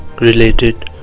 related